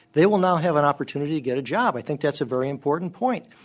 they will not have an opportunity to get a job. i think that's a very important point.